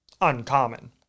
uncommon